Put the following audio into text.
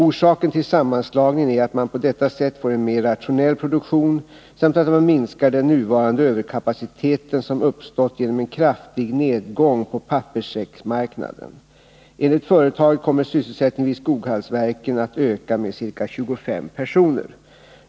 Orsaken till sammanslagningen är att man på detta sätt får en mer rationell produktion samt att man minskar den nuvarande överkapacitet som uppstått genom en kraftig nedgång på papperssäcksmarknaden. Enligt företaget kommer sysselsättningen vid Skoghallsverken att öka med ca 25 personer.